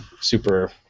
super